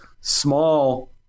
small